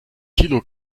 kilo